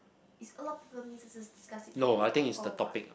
is a lot of people discuss it together or what